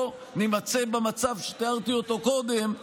או נימצא במצב שתיארתי אותו קודם,